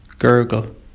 Gurgle